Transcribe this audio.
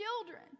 children